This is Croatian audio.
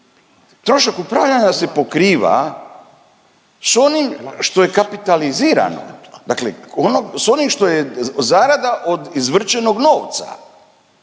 Trošak upravljanja se pokriva s onim što je kapitaliziramo, dakle s onim što je zarada od izvrćenog novca.